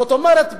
זאת אומרת,